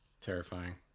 terrifying